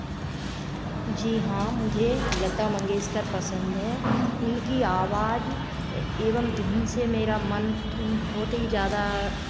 जी हाँ मुझे लता मंगेशकर पसंद है उनकी आवाज एवं धुन से मेरा मन बहुत ही ज़्यादा